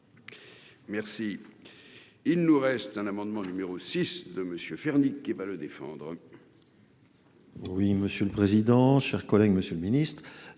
Merci. Il nous reste un amendement numéro 6 de monsieur Fernandes, qui va le défendre.